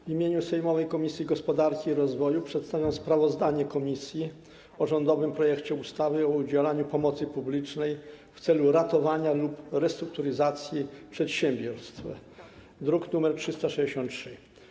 W imieniu sejmowej Komisji Gospodarki i Rozwoju przedstawiam sprawozdanie komisji o rządowym projekcie ustawy o udzielaniu pomocy publicznej w celu ratowania lub restrukturyzacji przedsiębiorców, druk nr 363.